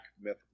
Myth